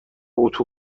اتو